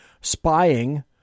spying